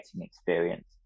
experience